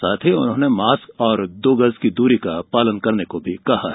साथ ही मास्क और दो गज की दूरी का पालन करने को भी कहा है